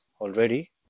already